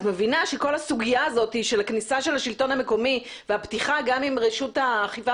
כל הסוגיה של כניסת השלטון המקומי והפתיחה גם עם רשות האכיפה